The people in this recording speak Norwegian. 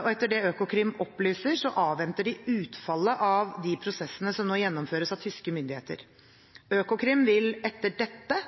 og etter det Økokrim opplyser, avventer de utfallet av de prosessene som nå gjennomføres av tyske myndigheter. Økokrim vil etter dette